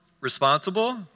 Responsible